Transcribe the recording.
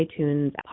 iTunes